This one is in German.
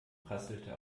prasselte